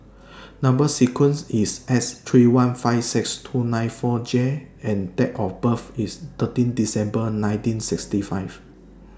Number sequence IS S three one five six two nine four J and Date of birth IS thirteen December nineteen sixty five